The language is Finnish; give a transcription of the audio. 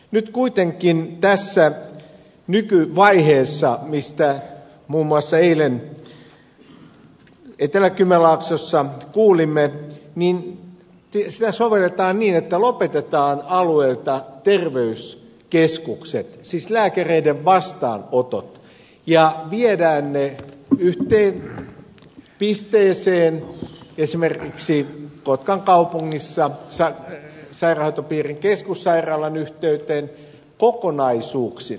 nyt kuitenkin tässä nykyvaiheessa mistä muun muassa eilen etelä kymenlaaksossa kuulimme sitä sovelletaan niin että lopetetaan alueilta terveyskeskukset siis lääkäreiden vastaanotot ja viedään ne yhteen pisteeseen esimerkiksi kotkan kaupungissa sairaanhoitopiirin keskussairaalan yhteyteen kokonaisuuksina